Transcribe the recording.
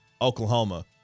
Oklahoma